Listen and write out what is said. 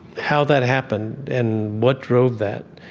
how that happened and what drove that.